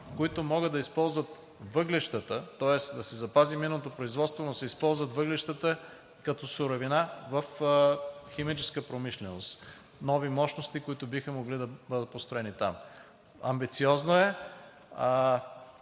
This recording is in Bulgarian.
които могат да използват въглищата, тоест да се запази минното производство, но да се използват въглищата като суровина в химическата промишленост. Нови мощности, които биха могли да бъдат построени там. Амбициозно е.